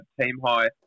team-high